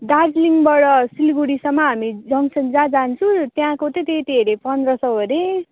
दार्जिलिङबाट सिलगढीसम्म हामी जङ्सन जहाँ जान्छु त्यहाँको त त्यति अरे पन्ध्र सौ अरे